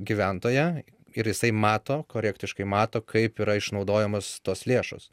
gyventoją ir jisai mato korektiškai mato kaip yra išnaudojamos tos lėšos